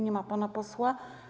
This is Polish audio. Nie ma pana posła.